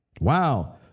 Wow